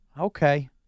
Okay